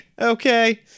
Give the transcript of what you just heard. okay